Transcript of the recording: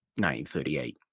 1938